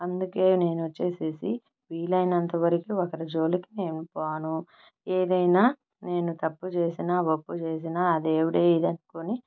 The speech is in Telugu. అందుకే నేను వచ్చేసేసి వీలయినంత వరికి ఒకరి జోలికి నేను పోను ఏదయినా నేను తప్పుచేసినా ఒప్పుచేసినా ఆ దేవుడే ఇదనుకొని